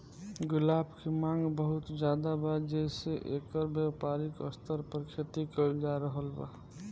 गुलाब के मांग बहुत ज्यादा बा जेइसे एकर व्यापारिक स्तर पर खेती कईल जा रहल बा